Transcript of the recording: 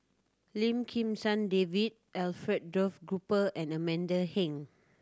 Lim Kim San David Alfred Duff Cooper and Amanda Heng